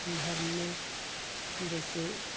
धर्म में जैसे